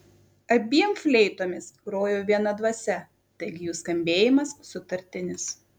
abiem fleitomis grojo viena dvasia taigi jų skambėjimas sutartinis